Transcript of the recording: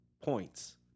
points